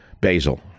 basil